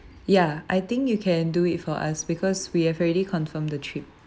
ya I think you can do it for us because we have already confirm the trip